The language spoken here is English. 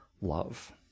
love